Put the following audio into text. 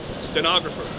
stenographer